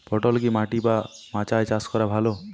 পটল কি মাটি বা মাচায় চাষ করা ভালো?